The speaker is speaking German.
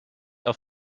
auf